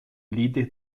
líder